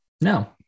No